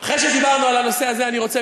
אחרי שדיברנו על הנושא הזה אני רוצה,